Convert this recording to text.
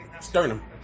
sternum